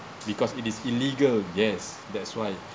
because it is illegal yes that's why